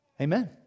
Amen